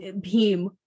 Beam